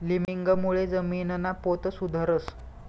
लिमिंगमुळे जमीनना पोत सुधरस